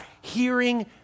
hearing